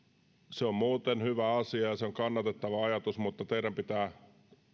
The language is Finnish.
se on muuten hyvä asia ja se on kannatettava ajatus mutta teidän pitää